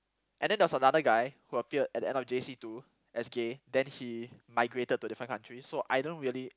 and then there was another guy who appeared at the end of J_C two as gay then he migrated to different country so I don't really